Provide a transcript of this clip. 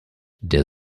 der